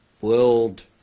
world